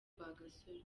rwagasore